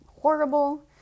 horrible